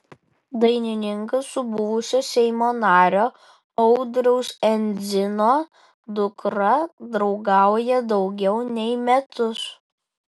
dainininkas su buvusio seimo nario audriaus endzino dukra draugauja daugiau nei metus